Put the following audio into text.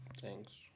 Thanks